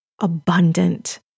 abundant